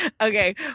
Okay